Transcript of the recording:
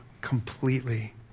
completely